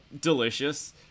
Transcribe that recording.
delicious